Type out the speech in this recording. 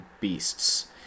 beasts